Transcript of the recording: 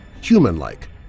human-like